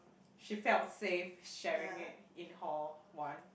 she felt safe sharing it in hall one